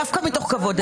דווקא מתוך כבוד אליה.